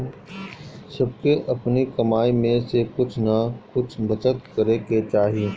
सबके अपनी कमाई में से कुछ नअ कुछ बचत करे के चाही